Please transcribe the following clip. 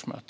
om.